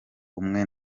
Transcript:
umwe